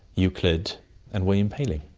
euclid and william paley.